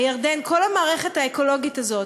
הירדן, כל המערכת האקולוגית הזאת,